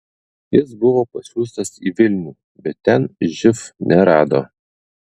jis buvo pasiųstas į vilnių bet ten živ nerado